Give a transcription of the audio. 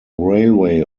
railway